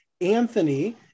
Anthony